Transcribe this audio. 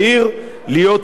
להיות אחראי,